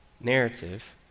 narrative